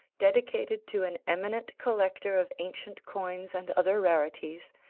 dedicated to an eminent collector of ancient coins and other rarities,